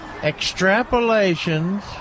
Extrapolations